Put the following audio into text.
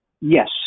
Yes